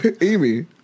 Amy